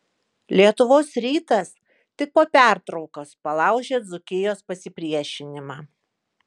lietuvos rytas tik po pertraukos palaužė dzūkijos pasipriešinimą